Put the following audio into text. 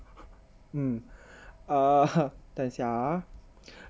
mm err 等一下 ah